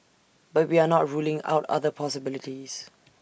but we are not ruling out other possibilities